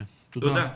תודה.